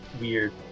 weird